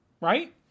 right